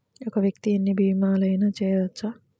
ఒక్క వ్యక్తి ఎన్ని భీమలయినా చేయవచ్చా?